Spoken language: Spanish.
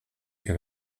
que